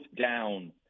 down